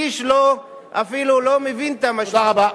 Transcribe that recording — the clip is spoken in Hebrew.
איש אפילו לא מבין את המשמעות, תודה רבה.